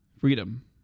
freedom